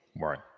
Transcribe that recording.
Right